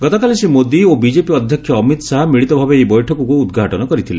ଗତକାଲି ଶ୍ରୀ ମୋଦି ଓ ବିଜେପି ଅଧ୍ୟକ୍ଷ ଅମିତ ଶାହା ମିଳିତ ଭାବେ ଏହି ବୈଠକକୁ ଉଦ୍ଘାଟନ କରିଥିଲେ